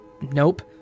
nope